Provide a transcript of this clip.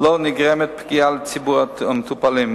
לא נגרמת פגיעה בציבור המטופלים,